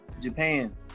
Japan